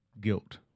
guilt